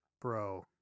Bro